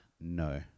no